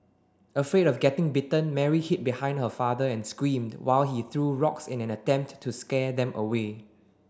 afraid of getting bitten Mary hid behind her father and screamed while he threw rocks in an attempt to scare them away